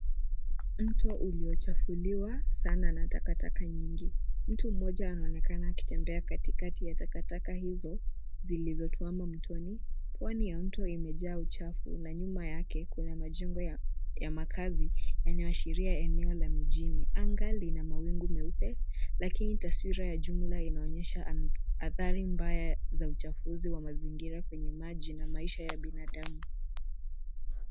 Mtu mmoja anaonekana akitembea katikati ya takataka hizo, zilizokuwa zimepangwa mtuani. Pwani ya eneo hilo imejaa uchafu, na nyuma yake kwenye makazi, yani nyumba za wananchi na miti. Angani ni samawati na upepo, lakini taswira ya jumla inaonyesha mazingira yenye uchafu mwingi